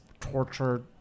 tortured